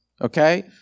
Okay